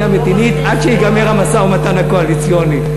המדינית עד שייגמר המשא-ומתן הקואליציוני.